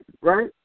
right